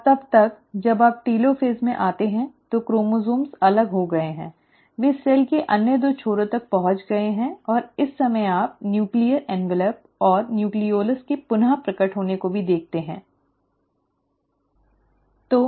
और तब तक जब आप टेलोफ़ेज़ में आते हैं तो क्रोमोसोम्स अलग हो गए हैं वे सेल के अन्य दो छोरों तक पहुंच गए हैं और इस समय आप नूक्लीअर ऍन्वलप् और न्यूक्लिओलस के पुन प्रकट होने को भी देखते हैं